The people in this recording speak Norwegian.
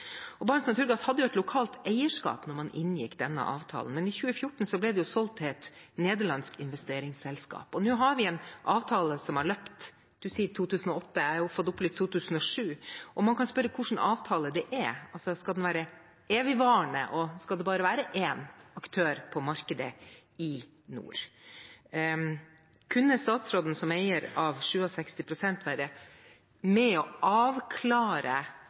Naturgass hadde jo et lokalt eierskap da man inngikk denne avtalen, men i 2014 ble det solgt til et nederlandsk investeringsselskap, og nå har vi en avtale som har løpt siden – du sier 2008 – jeg har fått opplyst 2007. Man kan spørre seg hva slags avtale det er. Skal den være evigvarende, og skal det være bare én aktør på markedet i nord? Kunne statsråden, som eier av 67 pst., være med og avklare